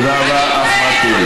תודה רבה, אחמד טיבי.